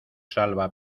salva